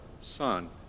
Son